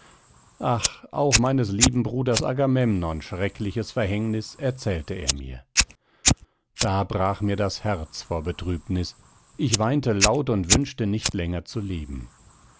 ach auch meines lieben bruders agamemnon schreckliches verhängnis erzählte er mir da brach mir das herz vor betrübnis ich weinte laut und wünschte nicht länger zu leben